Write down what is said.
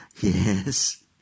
Yes